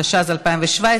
התשע"ז 2017,